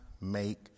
make